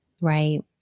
Right